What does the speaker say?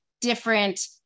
different